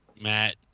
Matt